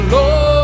Lord